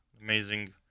amazing